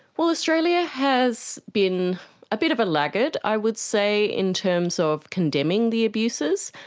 well, australia has been a bit of a laggard. i would say, in terms of condemning the abuses.